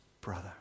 brother